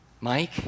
Mike